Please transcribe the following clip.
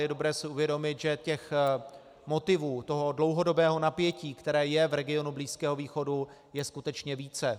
Je dobré si uvědomit, že motivů toho dlouhodobého napětí, které je v regionu Blízkého východu, je skutečně více.